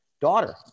daughter